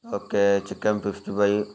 okay chicken fifty five